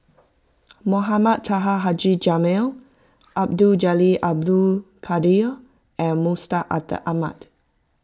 Mohamed Taha Haji Jamil Abdul Jalil Abdul Kadir and Mustaq Ahmad